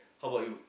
how about you